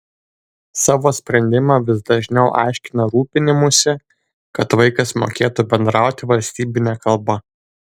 savo sprendimą vis dažniau aiškina rūpinimųsi kad vaikas mokėtų bendrauti valstybine kalba